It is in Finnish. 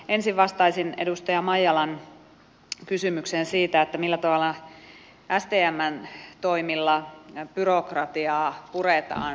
ensin vastaisin edustaja maijalan kysymykseen siitä millä tavalla stmn toimilla byrokratiaa puretaan